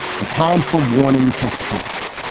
the time for warnings has passed.